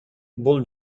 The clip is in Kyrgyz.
бул